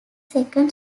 second